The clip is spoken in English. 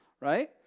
right